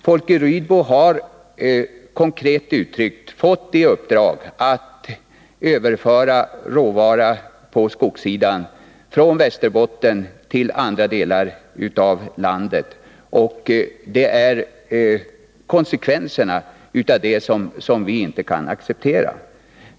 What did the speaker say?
Folke Rydbo har, konkret uttryckt, fått i uppdrag att överföra råvara på skogssidan från Västerbotten till andra delar av landet. Det är konsekvenserna av det 131 som vi inte kan acceptera.